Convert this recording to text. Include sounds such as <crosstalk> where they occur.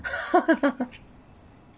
<laughs>